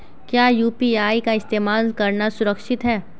क्या यू.पी.आई का इस्तेमाल करना सुरक्षित है?